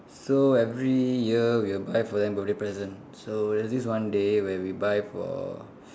so every year we'll buy for them birthday present so there's this one day where we buy for